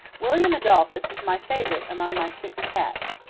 william adolphus is my favourite among my six cats.